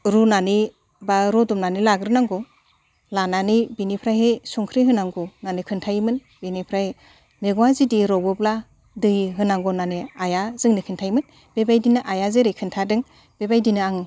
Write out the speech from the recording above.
रुनानै बा रुदबनानै लाग्रोनांगौ लानानै बिनिफ्रायहै संख्रि होनांगौ होननानै खोन्थायोमोन बिनिफ्राय मैगङा जुदि रबोब्ला दै होनांगौ होननानै आइआ जोंनो खोन्थायोमोन बेबायदिनो आइआ जेरै खोन्थादों बेबायदिनो आं